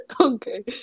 okay